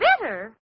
Bitter